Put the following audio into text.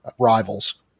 rivals